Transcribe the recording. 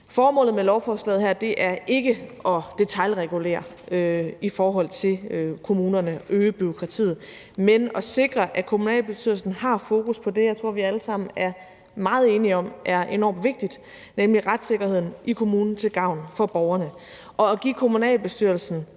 Formålet med lovforslaget her er ikke at detailregulere i forhold til kommunerne og øge bureaukratiet, men at sikre, at kommunalbestyrelsen haft fokus på det, jeg tror vi alle sammen er meget enige om er enormt vigtigt, nemlig retssikkerheden i kommunen til gavn for borgerne, og at give kommunalbestyrelsen